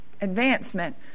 advancement